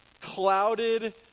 clouded